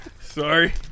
Sorry